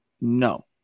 no